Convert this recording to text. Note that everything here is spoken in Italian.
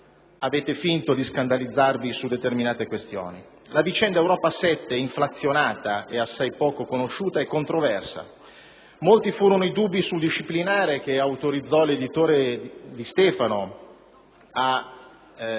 Avete finto di scandalizzarvi su determinate questioni, come sulla vicenda Europa 7, inflazionata e assai poco conosciuta e controversa. Molti furono i dubbi sul disciplinare che autorizzò l'editore Di Stefano a